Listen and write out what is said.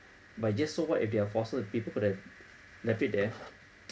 but just so what if they are fossil people could have left it there